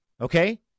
Okay